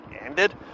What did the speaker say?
ended